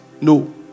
No